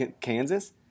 kansas